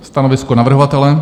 Stanovisko navrhovatele?